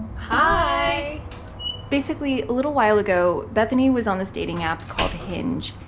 hi basically, a little while ago, bethany was on this dating app called hinge,